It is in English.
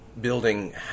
building